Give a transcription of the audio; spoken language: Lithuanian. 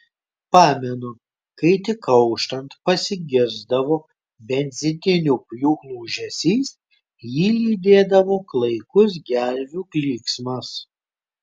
pamenu kai tik auštant pasigirsdavo benzininių pjūklų ūžesys jį lydėdavo klaikus gervių klyksmas